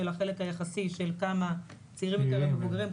החלק היחסי של כמה צעירים יותר ומבוגרים,